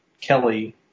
Kelly